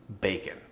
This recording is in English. bacon